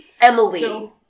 Emily